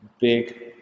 big